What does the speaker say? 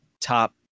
top